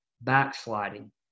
backsliding